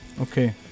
Okay